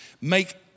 Make